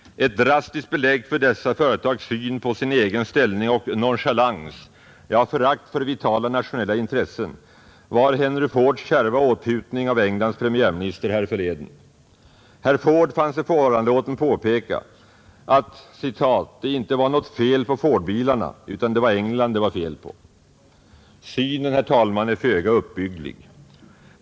Ett drastiskt belägg för dessa företags syn på sin egen ställning och nonchalans, ja förakt för vitala nationella intressen var Henry Fords kärva åthutning av Englands premiärminister härförleden. Herr Ford fann sig föranlåten påpeka att det ”icke var något fel på Fordbilarna utan det var England det var fel på”. Synen, herr talman, är föga uppbygglig.